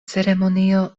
ceremonio